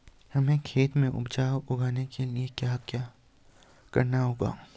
हमें खेत में उपज उगाने के लिये क्या करना होगा?